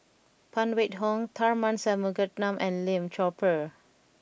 Phan Wait Hong Tharman Shanmugaratnam and Lim Chor Pee